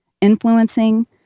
influencing